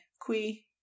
qui